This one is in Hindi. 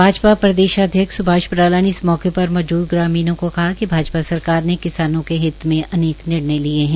भाजपा प्रदेशाध्यक्ष स्भाष बराला ने इस मौके पर मौजूद ग्रामीणों को कहा कि भाजपा सरकार ने किसानों के हित में अनेक निर्णय लिए है